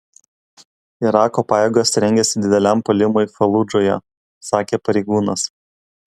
irako pajėgos rengiasi dideliam puolimui faludžoje sakė pareigūnas